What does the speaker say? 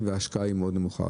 וההשקעה מאוד נמוכה,